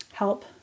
Help